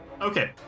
Okay